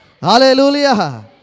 Hallelujah